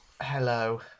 Hello